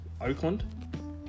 Oakland